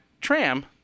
tram